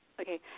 okay